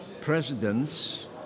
presidents